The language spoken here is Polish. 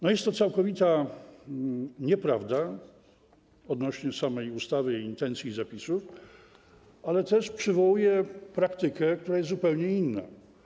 To jest całkowita nieprawda odnośnie do samej ustawy i intencji jej zapisów, ale też przywołuję praktykę, która jest zupełnie inna.